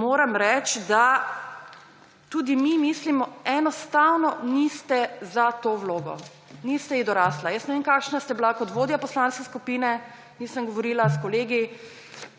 moram reči, da tudi mi mislimo – enostavno niste za to vlogo, niste ji dorasli. Jaz ne vem, kakšni ste bili kot vodja poslanske skupine, nisem govorila s kolegi.